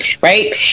right